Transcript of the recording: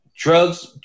Drugs